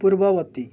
ପୂର୍ବବର୍ତ୍ତୀ